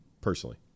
personally